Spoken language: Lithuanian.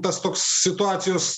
tas toks situacijos